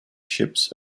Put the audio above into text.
ships